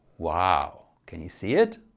wow can you see it?